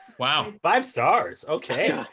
wow. five stars. ok. yeah